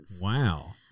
Wow